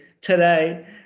Today